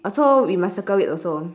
oh so we must cirlce it also